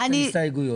מה אומר התקנון?